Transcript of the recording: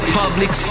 public